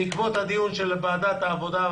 בעקבות הדיון של ועדת העבודה,